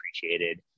appreciated